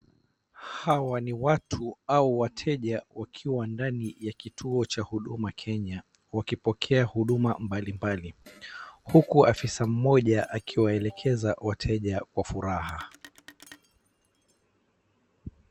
Hawa ni watu au wateja wakiwa ndani ya kituo cha huduma kenya wakipokea huduma mbalimbali, huku afisa mmoja akiwaelekeza wateja kwa furaha.